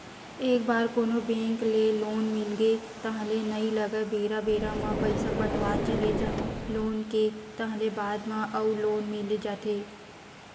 एक बार कोनो बेंक ले लोन मिलगे ताहले नइ लगय बेरा बेरा म पइसा पटावत चले जा लोन के ताहले बाद म अउ लोन मिल जाथे